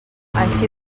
així